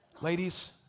Ladies